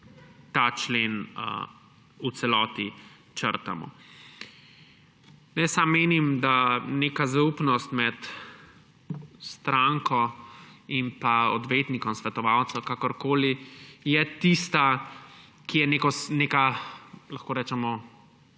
ta člen v celoti črtamo. Menim, da neka zaupnost med stranko in odvetnikom, svetovalcem, kakorkoli, je tista, ki je neka, lahko rečemo,